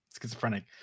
schizophrenic